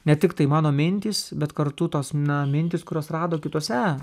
ne tiktai mano mintys bet kartu tos na mintys kurios rado kituose